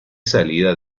salida